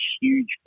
huge